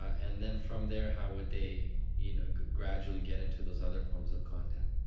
and then from there how would they you know, gradually get into those other forms of content?